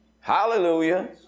Hallelujah